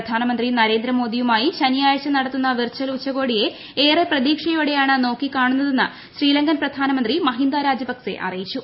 പ്രധാനമന്ത്രി നരേന്ദ്രമോദിയുമായി ശനിയാഴ്ച നടത്തുന്ന വിർചൽ ഉച്ചകോടിയെ ഏറെ പ്രതീക്ഷയോടെയാണ് നോക്കി കാണുന്നതെന്ന് ശ്രീലങ്കൻ പ്രധാനമന്ത്രി മഹിന്ദ രജപക്സെ അറിയിച്ചു